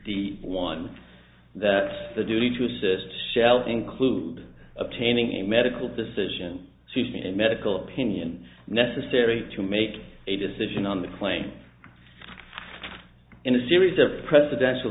the one that the duty to assist shall include obtaining a medical decision and medical opinion necessary to make a decision on the claim in a series of presidential